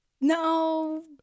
No